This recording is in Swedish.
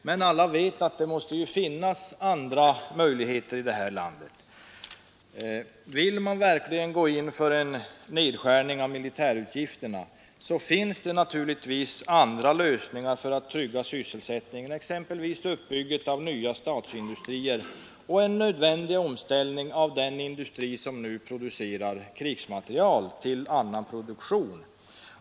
Men alla vet att vill vi verkligen gå in för en nedskärning av militärutgifterna finns det här i landet andra möjligheter att trygga sysselsättningen, exempelvis uppbyggandet av nya statsindustrier och en nödvändig omställning av den industri som nu producerar krigsmateriel till annan produktion.